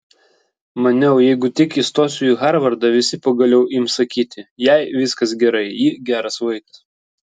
maniau jeigu tik įstosiu į harvardą visi pagaliau ims sakyti jai viskas gerai ji geras vaikas